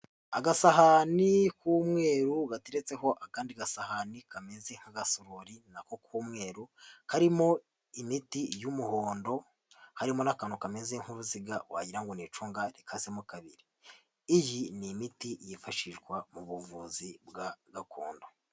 Agasahani k'umweru gateretseho akandi gasahani kameze nk'a gasorori na ko k'umweru karimo imiti y'umuhondo, harimo n'akantu kameze nk'uruziga wagira n'icunga rikasemo kabiri. Iyi ni imiti yifashishwa mu buvuzi bwa gakondo.